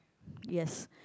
yes